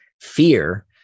fear